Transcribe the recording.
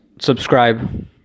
subscribe